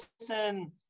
listen